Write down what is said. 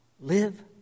Live